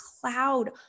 cloud